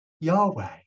Yahweh